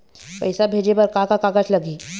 पैसा भेजे बर का का कागज लगही?